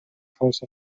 close